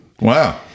Wow